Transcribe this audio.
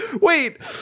Wait